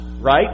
Right